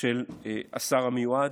של השר המיועד,